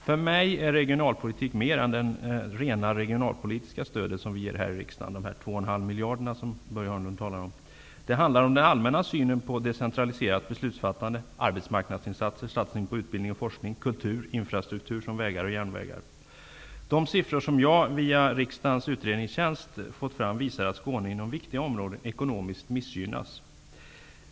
För mig är regionalpolitik mer än det rena regionalpolitiska stöd som vi ger här i riksdagen, de 2,5 miljarder som Börje Hörnlund talar om. Det handlar om den allmänna synen på decentraliserat beslutsfattande, arbetsmarknadsinsatser, satsning på utbildning och forskning, kultur, infrastruktur så som vägar och järnvägar. De siffror som jag via Riksdagens utredningstjänst fått fram visar att Skåne inom viktiga områden ekonomiskt missgynnas.